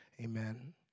Amen